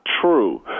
true